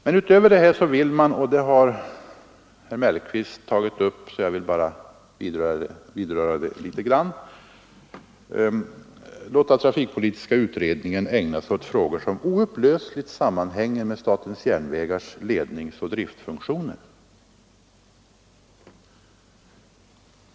Men utöver detta vill man — det har herr Mellqvist redan tagit upp, så jag vill bara vidröra det litet grand — låta trafikpolitiska utredningen ägna sig åt frågor som oupplösligt sammanhänger med statens järnvägars ledningsoch driftfunktioner.